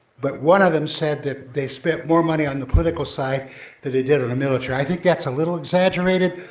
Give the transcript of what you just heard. but one of them said that they spent more money on the political side than they did on the military. i think that's a little exaggerated,